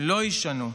לא יישנו.